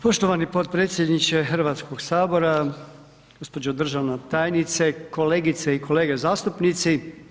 Poštovani potpredsjedniče Hrvatskog sabora, gđo. državna tajnice, kolegice i kolege zastupnici.